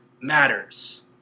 matters